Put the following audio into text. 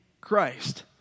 Christ